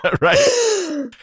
Right